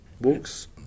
books